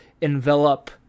envelop